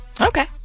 okay